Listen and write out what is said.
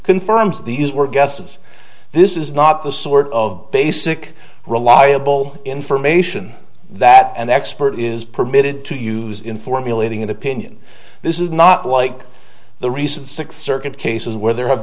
confirms these were guesses this is not the sort of basic reliable information that an expert is permitted to use in formulating an opinion this is not like the recent six circuit cases where there have